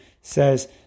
says